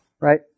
right